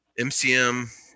MCM